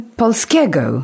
polskiego